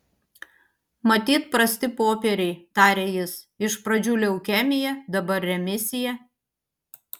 matyt prasti popieriai tarė jis iš pradžių leukemija dabar remisija